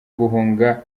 guhunga